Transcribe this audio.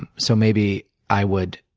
and so maybe i would,